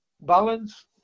Balance